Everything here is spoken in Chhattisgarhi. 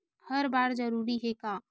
हर बार जरूरी हे का?